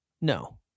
No